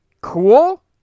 cool